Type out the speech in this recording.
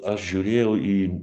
aš žiūrėjau į